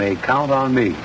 may count on me